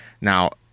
Now